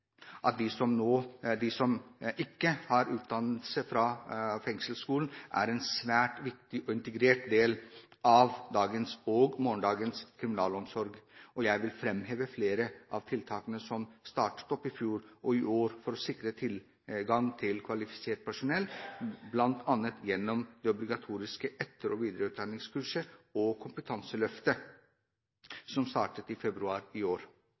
at de som ikke har utdannelse fra Fengselsskolen, er en svært viktig og integrert del av dagens og morgendagens kriminalomsorg. Jeg vil framheve flere av tiltakene som har startet opp, i fjor og i år, for å sikre tilgang til kvalifisert personell, bl.a. gjennom det obligatoriske etter- og videreutdanningskurset og kompetanseløftet som startet i februar i år.